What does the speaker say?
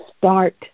start